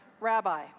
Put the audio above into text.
rabbi